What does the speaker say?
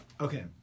okay